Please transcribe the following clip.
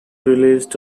released